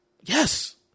Yes